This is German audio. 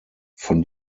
von